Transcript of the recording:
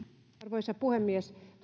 arvoisa puhemies